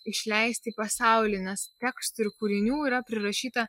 išleisti į pasaulį nes tekstų ir kūrinių yra prirašyta